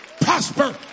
prosper